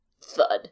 thud